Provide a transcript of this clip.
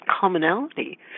commonality